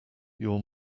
your